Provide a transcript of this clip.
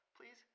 Please